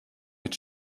mit